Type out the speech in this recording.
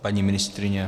Paní ministryně?